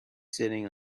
sitting